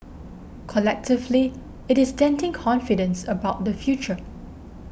collectively it is denting confidence about the future